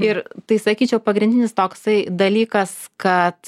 ir tai sakyčiau pagrindinis toksai dalykas kad